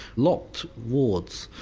locked wards.